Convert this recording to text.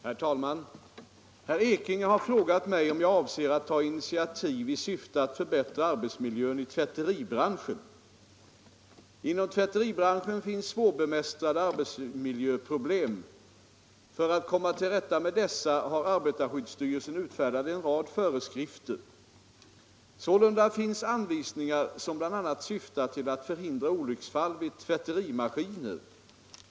Herr talman! Herr Ekinge har frågat mig om jag avser att ta initiativ i syfte att förbättra arbetsmiljön i tvätteribranschen. Inom tvätteribranschen finns svårbemästrade arbetsmiljöproblem. För att komma till rätta med dessa har arbetarskyddsstyrelsen utfärdat en rad föreskrifter. Sålunda finns anvisningar som bl.a. syftar till att förhindra olycksfall vid tvätterimaskiner.